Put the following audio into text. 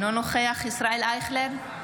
אינו נוכח ישראל אייכלר,